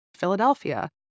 Philadelphia